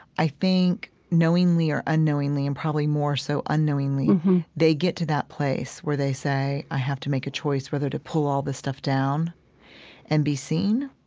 i think knowingly or unknowingly and probably more so unknowingly they get to that place where they say, i have to make a choice whether to pull all this stuff down and be seen